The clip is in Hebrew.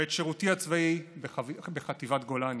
ואת שירותי הצבאי בחטיבת גולני.